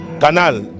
canal